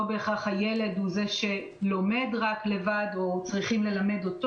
לא בהכרח הילד הוא זה שלומד לבד או שצריכים ללמד אותו.